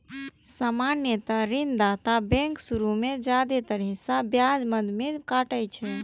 सामान्यतः ऋणदाता बैंक शुरू मे जादेतर हिस्सा ब्याज मद मे काटै छै